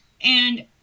And-